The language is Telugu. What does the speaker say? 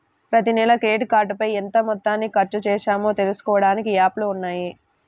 ప్రతినెలా క్రెడిట్ కార్డుపైన ఎంత మొత్తాన్ని ఖర్చుచేశామో తెలుసుకోడానికి యాప్లు ఉన్నయ్యి